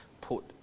put